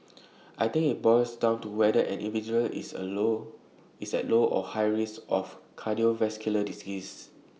I think IT boils down to whether an individual is at low or high risk for cardiovascular disease